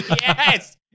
Yes